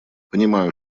понимаю